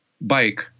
bike